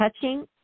touching